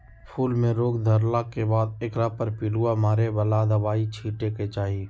फूल में रोग धरला के बाद एकरा पर पिलुआ मारे बला दवाइ छिटे के चाही